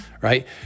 right